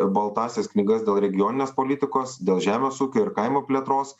baltąsias knygas dėl regioninės politikos dėl žemės ūkio ir kaimo plėtros